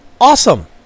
Awesome